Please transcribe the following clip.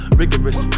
rigorous